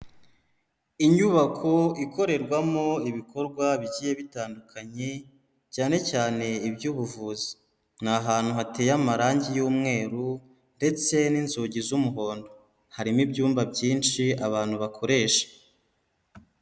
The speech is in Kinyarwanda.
Inyubako ikorerwamo ibikorwa bigiye bitandukanye cyane cyane iby'ubuvuzi, ni ahantu hateye amarangi y'umweru ndetse n'inzugi z'umuhondo, harimo ibyumba byinshi abantu bakoresha.